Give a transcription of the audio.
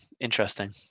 Interesting